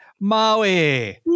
Maui